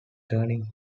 turning